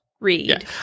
Read